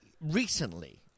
Recently